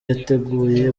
yiteguye